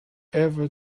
ever